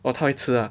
oh 他会吃 ah